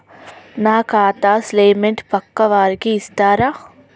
నా ఖాతా స్టేట్మెంట్ పక్కా వారికి ఇస్తరా?